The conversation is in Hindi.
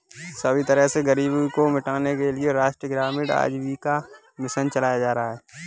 सभी तरह से गरीबी को मिटाने के लिये राष्ट्रीय ग्रामीण आजीविका मिशन चलाया जा रहा है